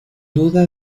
duda